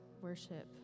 worship